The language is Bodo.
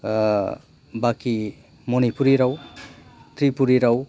बाखि मणिपुरि राव त्रिपुरि राव